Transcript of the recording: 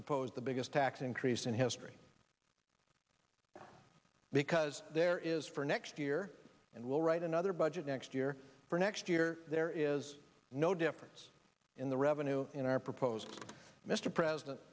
proposed the biggest tax increase in history because there is for next year and will write another budget next year for next year there is no difference in the revenue in our proposed mr president